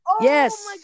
Yes